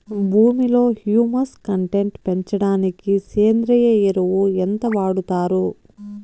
భూమిలో humus content పెంచడానికి సేంద్రియ ఎరువు ఎంత వాడుతారు